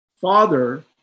father